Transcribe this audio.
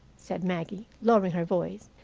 said maggie, lowering her voice,